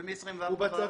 או מ-24?